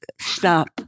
stop